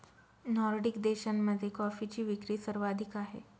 Nordic देशांमध्ये कॉफीची विक्री सर्वाधिक आहे